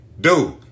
Dude